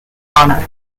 honor